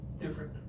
different